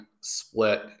split